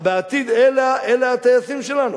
בעתיד אלה הטייסים שלנו,